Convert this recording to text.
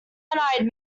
eyed